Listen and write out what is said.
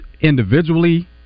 individually